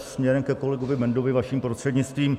Směrem ke kolegovi Bendovi vaším prostřednictvím.